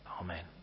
Amen